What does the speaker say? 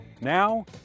Now